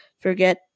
forget